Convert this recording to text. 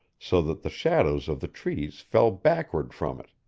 so that the shadows of the trees fell backward from it.